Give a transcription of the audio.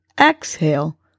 exhale